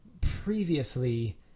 previously